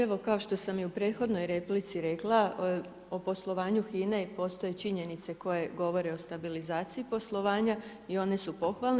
Evo kao što sam i u prethodnoj replici rekla o poslovanju HINA-e postoje činjenice koje govore o stabilizaciji poslovanja i one su pohvalne.